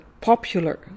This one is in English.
popular